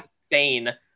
insane